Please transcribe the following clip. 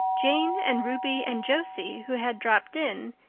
jane and ruby and josie, who had dropped in,